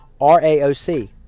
R-A-O-C